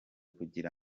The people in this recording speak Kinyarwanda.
kugira